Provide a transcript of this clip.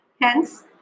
Hence